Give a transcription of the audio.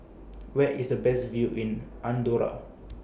Where IS The Best View in Andorra